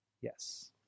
Yes